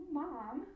mom